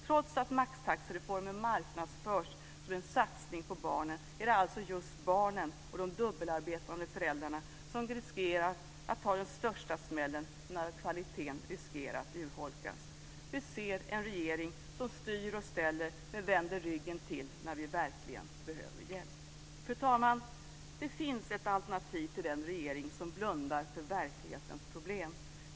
Trots att maxtaxereformen marknadsförts som en satsning på barnen, är det alltså just barnen och de dubbelarbetande föräldrarna som riskerar att ta den största smällen när kvaliteten riskerar att urholkas. Vi ser en regering som styr och ställer, men vänder ryggen till när vi verkligen behöver hjälp. Fru talman! Det finns ett alternativ till den regering som blundar för verklighetens problem.